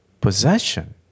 Possession